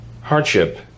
hardship